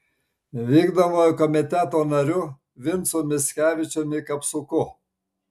vykdomojo komiteto nariu vincu mickevičiumi kapsuku